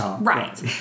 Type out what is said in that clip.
Right